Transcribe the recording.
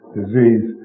disease